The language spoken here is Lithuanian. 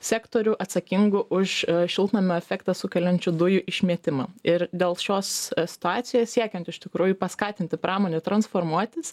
sektorių atsakingų už šiltnamio efektą sukeliančių dujų išmetimą ir dėl šios situacijos siekiant iš tikrųjų paskatinti pramonę transformuotis